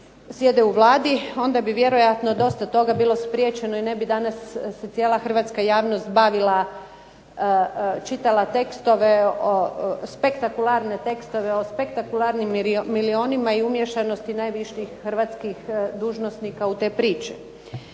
onda bi vjerojatno dosta toga bilo spriječeno i ne bi danas se cijela hrvatska javnost se bavila, čitala tekstove, spektakularne tekstove, o spektakularnim milijunima i o umiješanosti najviših hrvatskih dužnosnika u te priče.